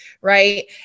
right